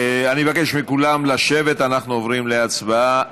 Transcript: אני מבקש מכולם לשבת, אנחנו עוברים להצבעה.